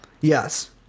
Yes